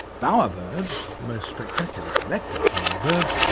bowerbirds, the most spectacular collectors among birds,